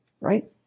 Right